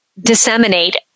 disseminate